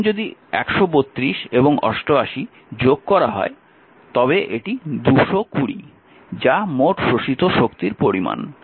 এখন যদি 132 এবং 88 যোগ করা হয় তবে এটি 220 যা মোট শোষিত শক্তির পরিমান